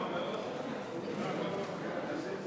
הצעת